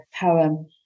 poem